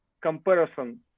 comparison